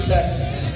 Texas